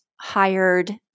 hired